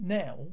now